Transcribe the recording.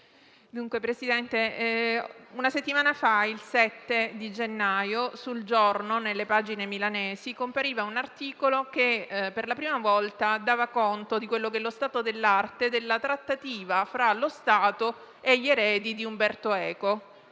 Signor Presidente, una settimana fa, il 7 gennaio, su «Il Giorno», nelle pagine milanesi, compariva un articolo che, per la prima volta, dava conto dello stato dell'arte della trattativa fra lo Stato e gli eredi di Umberto Eco.